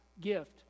gift